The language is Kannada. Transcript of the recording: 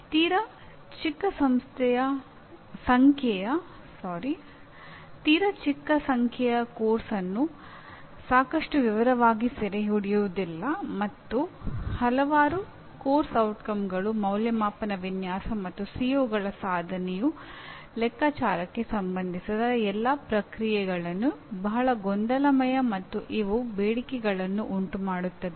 ತೀರಾ ಚಿಕ್ಕ ಸಂಖ್ಯೆಯು ಪಠ್ಯಕ್ರಮವನ್ನು ಸಾಕಷ್ಟು ವಿವರವಾಗಿ ಸೆರೆಹಿಡಿಯುವುದಿಲ್ಲ ಮತ್ತು ಹಲವಾರು ಕಾರ್ಯಕ್ರಮದ ಪರಿಣಾಮಗಳು ಅಂದಾಜುವಿಕೆ ವಿನ್ಯಾಸ ಮತ್ತು ಸಿಒಗಳ ಸಾಧನೆಯ ಲೆಕ್ಕಾಚಾರಕ್ಕೆ ಸಂಬಂಧಿಸಿದ ಎಲ್ಲಾ ಪ್ರಕ್ರಿಯೆಗಳನ್ನು ಬಹಳ ಗೊಂದಲಮಯ ಮತ್ತು ಇವು ಬೇಡಿಕೆಗಳನ್ನು ಉಂಟುಮಾಡುತ್ತದೆ